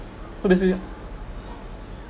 so basically